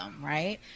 right